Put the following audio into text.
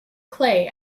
clay